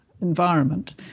environment